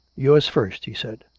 yours first, he said.